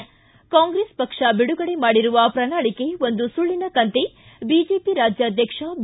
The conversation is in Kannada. ಿ ಕಾಂಗ್ರೆಸ್ ಪಕ್ಷ ಬಿಡುಗಡೆ ಮಾಡಿರುವ ಪ್ರಣಾಳಕೆ ಒಂದು ಸುಳ್ಳನ ಕಂತೆ ಬಿಜೆಪಿ ರಾಜ್ಯಾಧ್ಯಕ್ಷ ಬಿ